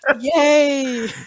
Yay